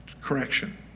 correction